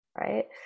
right